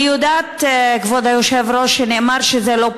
אני יודעת, כבוד היושב-ראש, שנאמר שזה לא פורסם,